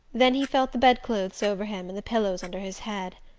then he felt the bedclothes over him and the pillows under his head.